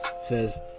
says